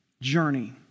journey